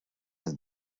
het